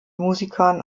musikern